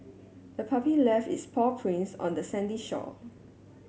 the puppy left its paw prints on the sandy shore